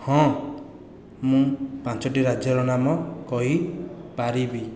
ହଁ ମୁଁ ପାଞ୍ଚଟି ରାଜ୍ୟର ନାମ କହିପାରିବି